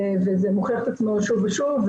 וזה מוכיח את עצמו שוב ושוב,